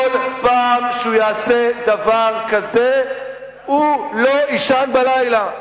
כל פעם שהוא יעשה דבר כזה הוא לא יישן בלילה.